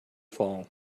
fall